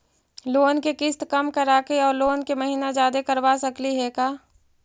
Loan के किस्त कम कराके औ लोन के महिना जादे करबा सकली हे का?